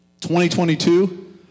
2022